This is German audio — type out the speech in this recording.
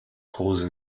kruse